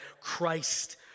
Christ